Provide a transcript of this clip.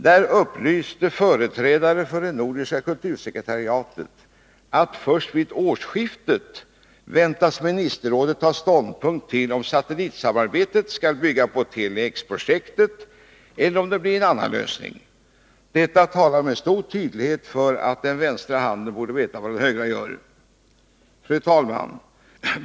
Där upplyste företrädare för det nordiska kultursekretariatet att ministerrådet först vid årsskiftet väntas ta ståndpunkt till om satellitsamarbetet skall bygga på Tele-X-projektet eller om det blir en annan lösning. Detta talar med stor tydlighet för att den vänstra handen borde veta vad den högra gör. Fru talman!